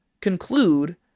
conclude